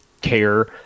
care